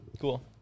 Cool